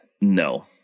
no